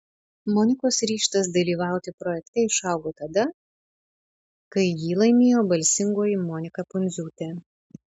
monikos ryžtas dalyvauti projekte išaugo tada kai jį laimėjo balsingoji monika pundziūtė